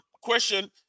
Question